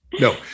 no